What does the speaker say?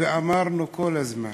ואמרנו כל הזמן,